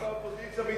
הייתי באופוזיציה,